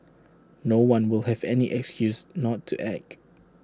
no one will have any excuse not to act